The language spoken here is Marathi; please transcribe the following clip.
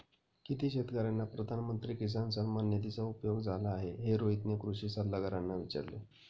किती शेतकर्यांना प्रधानमंत्री किसान सन्मान निधीचा उपयोग झाला आहे, हे रोहितने कृषी सल्लागारांना विचारले